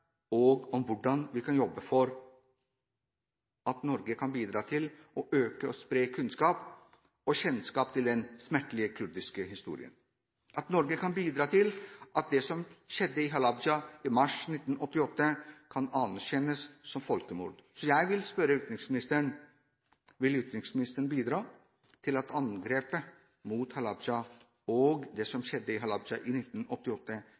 og måter vi kan jobbe for: at Norge kan bidra til å øke og spre kunnskap om kurdernes smertefulle historie at Norge kan bidra til at det som skjedde i Halabja i mars 1988, kan anerkjennes som folkemord. Jeg vil spørre utenriksministeren: Vil utenriksministeren bidra til at angrepet mot Halabja og det som skjedde der i 1988,